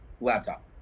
laptop